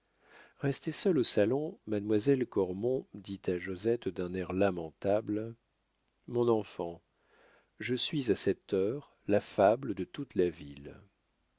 restée seule au salon mademoiselle cormon dit à josette d'un air lamentable mon enfant je suis à cette heure la fable de toute la ville